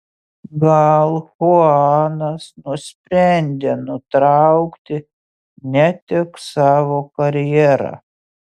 gal chuanas nusprendė nutraukti ne tik savo karjerą